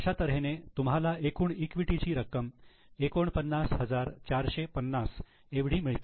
अशा तऱ्हेने तुम्हाला एकूण इक्विटीची रक्कम 49450 एवढी मिळते